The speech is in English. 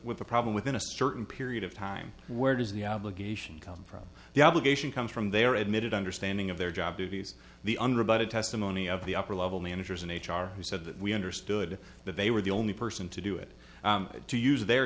with the problem within a certain period of time where does the obligation come from the obligation comes from their admitted understanding of their job duties the unrebutted testimony of the upper level managers in h r who said that we understood that they were the only person to do it to use their